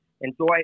Enjoy